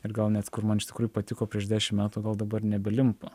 ir gal net kur man iš tikrųjų patiko prieš dešimt metų gal dabar nebelimpa